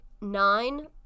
Nine